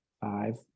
five